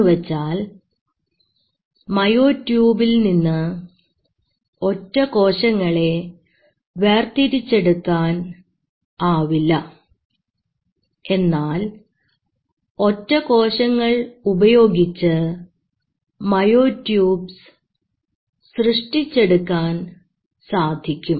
എന്നുവെച്ചാൽ myotubes ൽ നിന്ന് ഒറ്റ കോശങ്ങളെ വേർതിരിച്ചെടുക്കാൻ ആവില്ല എന്നാൽ ഒറ്റ കോശങ്ങൾ ഉപയോഗിച്ച് മയോ ട്യൂബ്സ് സൃഷ്ടിച്ചെടുക്കാൻ സാധിക്കും